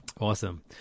Awesome